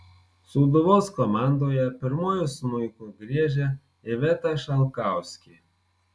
sūduvos komandoje pirmuoju smuiku griežia iveta šalkauskė